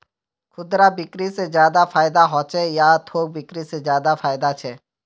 खुदरा बिक्री से ज्यादा फायदा होचे या थोक बिक्री से ज्यादा फायदा छे?